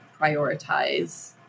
prioritize